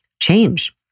change